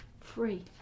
free